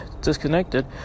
disconnected